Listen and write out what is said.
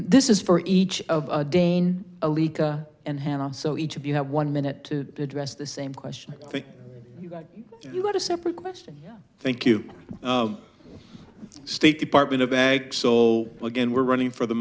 this is for each of dane a leak and handle so each of you have one minute address the same question you got a separate question thank you state department of bags so again we're running for the